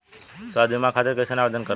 स्वास्थ्य बीमा खातिर कईसे आवेदन करम?